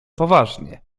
poważnie